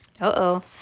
uh-oh